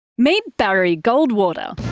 meet barry goldwater.